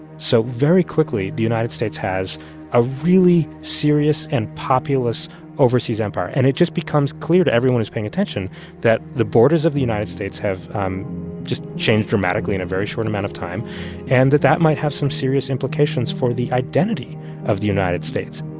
so very quickly, the united states has a really serious and populous overseas empire. and it just becomes clear to everyone who's paying attention that the borders of the united states have just changed dramatically in a very short amount of time and that that might have some serious implications for the identity of the united states